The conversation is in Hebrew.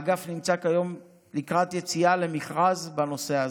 האגף נמצא כיום לקראת יציאה למכרז בנושא הזה.